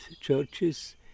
churches